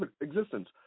existence